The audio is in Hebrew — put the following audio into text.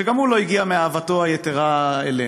שגם הוא לא הגיע מאהבתו היתרה אלינו,